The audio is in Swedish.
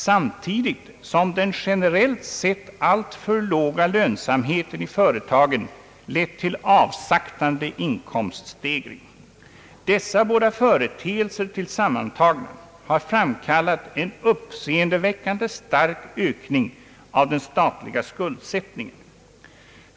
Samtidigt har den generellt sett alltför låga lönsamheten i företagen lett till avsaktande stegring av statsinkomsterna. Dessa båda företeelser tillsammantagna har framkallat en uppseendeväckande stark ökning av den statliga skuldsättningen.